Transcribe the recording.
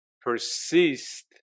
persist